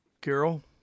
Carol